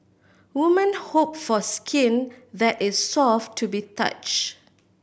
woman hope for skin that is soft to the touch